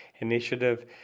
initiative